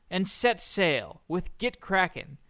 and set sail with gitkraken.